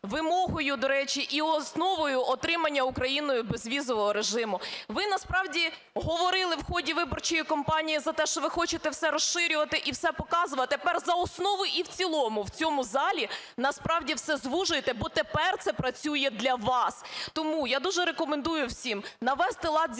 вимогою, до речі, і основною отримання Україною безвізового режиму. Ви насправді говорили в ході виборчої кампанії за те, що ви хочете все розширювати і все показувати, а тепер за основу і в цілому в цьому залі насправді все звужуєте, бо тепер це працює для вас. Тому я дуже рекомендую всім навести лад зі